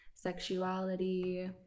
sexuality